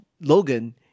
Logan